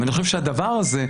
ואני חושב שהדבר הזה,